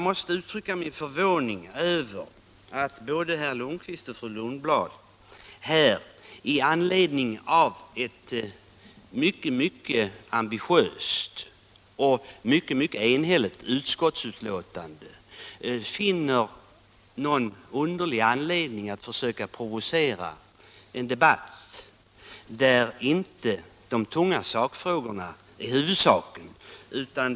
Det förvånar mig att både herr Lundkvist och fru Lundblad trots ett synnerligen ambitiöst och enhälligt utskottsbetänkande av någon underlig anledning vill provocera en debatt, där de tunga sakfrågorna inte är huvudsaken.